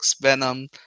Venom